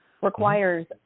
requires